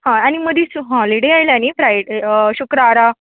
हय आनी मदीं हॉलिडे आयल्या न्ही फ्राय शुक्रारा